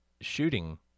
shooting